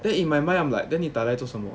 then in my mind I am like then 你打来做什么